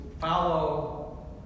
follow